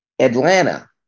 Atlanta